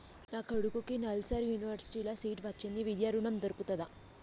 నా కొడుకుకి నల్సార్ యూనివర్సిటీ ల సీట్ వచ్చింది విద్య ఋణం దొర్కుతదా?